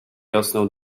rosną